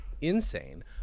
insane